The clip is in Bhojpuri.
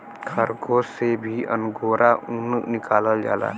खरगोस से भी अंगोरा ऊन निकालल जाला